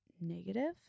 negative